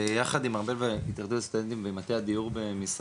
ויחד עם ארבל ועם התאחדות הסטודנטים בישראל ועם מטה הדיור במשרד